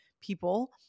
people